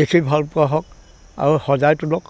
দেখি ভালপোৱা হওক আৰু সজাই তোলক